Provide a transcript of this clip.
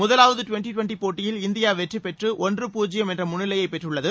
முதலாவது twenty twenty போட்டியில் India வெற்றி பெற்று ஒன்று பூஜ்யம் என்ற முன்னிலையைப் பெற்றுள்ளது